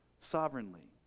sovereignly